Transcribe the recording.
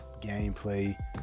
gameplay